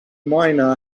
miner